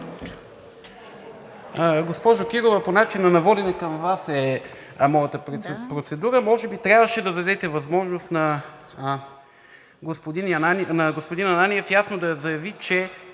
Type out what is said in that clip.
Госпожо Кирова, по начина на водене към Вас е моята процедура. Може би трябваше да дадете възможност на господин Ананиев ясно да заяви, че